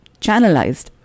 channelized